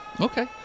Okay